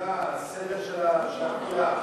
את הנושא